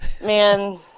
Man